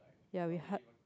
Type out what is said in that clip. ya we hard